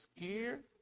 scared